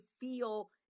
feel